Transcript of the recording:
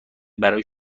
برای